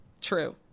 True